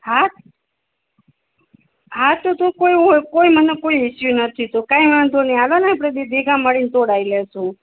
હા હા તો તો મને કોઈ ઇસ્સુ નથી કઈ વાંધો નહીં હાલોને આપડે ભેગા મળીને તોડાઈ લેશું